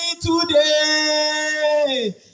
today